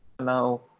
now